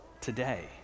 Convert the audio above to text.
today